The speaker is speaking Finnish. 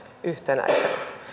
yhtenäisenä